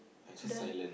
don't